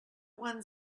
one